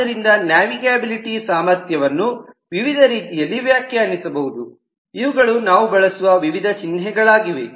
ಆದ್ದರಿಂದ ನ್ಯಾವಿಗಬಿಲಿಟಿ ಸಾಮರ್ಥ್ಯವನ್ನು ವಿವಿಧ ರೀತಿಯಲ್ಲಿ ವ್ಯಾಖ್ಯಾನಿಸಬಹುದು ಇವುಗಳು ನಾವು ಬಳಸುವ ವಿವಿಧ ಚಿಹ್ನೆಗಳಾಗಿವೆ